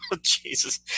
Jesus